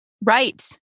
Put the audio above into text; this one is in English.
Right